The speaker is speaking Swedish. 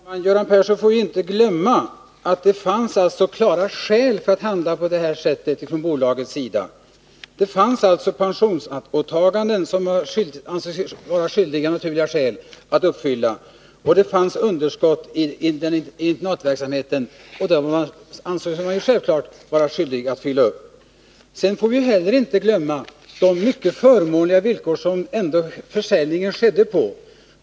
Fru talman! Göran Persson får inte glömma att det från bolagets sida fanns klara skäl för att handla på det här sättet. Det fanns pensionsåtaganden, som man av naturliga skäl ansåg sig vara skyldig att uppfylla. Det fanns också ett underskott när det gällde internatverksamheten, som man självfallet ansåg sig skyldig att täcka. Sedan får vi inte heller glömma de mycket förmånliga villkor som försäljningen ändå skedde på.